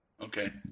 Okay